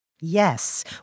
Yes